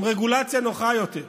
עם רגולציה נוחה יותר,